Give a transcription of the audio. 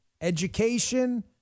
education